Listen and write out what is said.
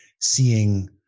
seeing